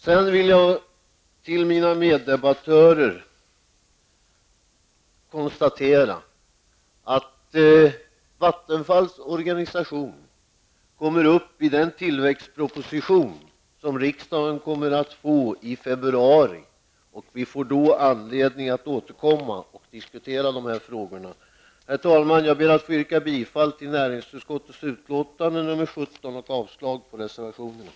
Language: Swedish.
Sedan vill jag upplysa min meddebattörer om att Vattenfalls organisation kommer upp i den tillväxtproposition som riksdagen kommer att få i februari. Då får vi anledning att återkomma och diskutera dessa frågor. Herr talman! Jag ber att få yrka bifall till näringsutskottets hemställan i betänkande 17 och avslag på reservationerna.